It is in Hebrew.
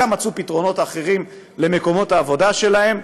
חלקם מצאו פתרונות אחרים למקומות העבודה שלהם,